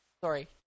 Sorry